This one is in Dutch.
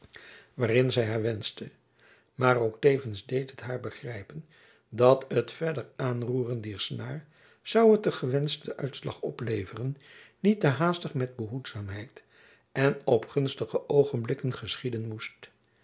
waarin zy haar wenschte maar ook tevens deed het haar begrijpen dat het verder aanroeren dier snaar zoû het den gewenschten uitslag opleveren niet te haastig met behoedzaamheid en op gunstige oogenblikken geschieden moest